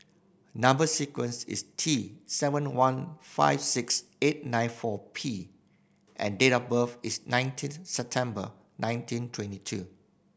number sequence is T seven one five six eight nine four P and date of birth is nineteen September nineteen twenty two